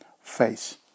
face